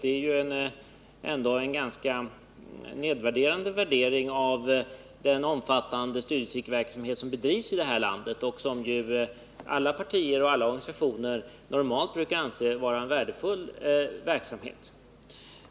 Det är väl ändå en nedvärdering av den omfattande cirkelverksamhet som bedrivs i det här landet och som alla partier och organisationer normalt brukar anse vara en värdefull verksamhet.